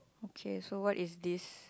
okay so what is this